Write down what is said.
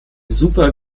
super